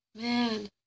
Man